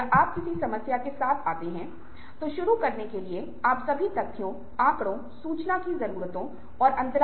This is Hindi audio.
और क्या मैं अपनी स्थिति को सुधारने के लिए गठबंधन बना सकता हूं